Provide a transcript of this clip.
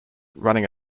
running